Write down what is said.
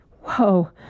Whoa